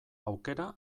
aukera